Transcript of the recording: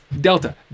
Delta